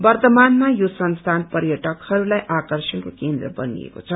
वर्त्तमानमा यो संस्थान पर्यटकहरूलाई आकर्षणको केन्द्र बनिएको छ